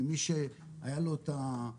למי שהיה לו את הזכות